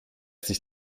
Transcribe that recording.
dich